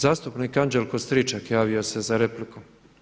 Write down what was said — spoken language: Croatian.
Zastupnik Anđelo Stričak javio se za repliku.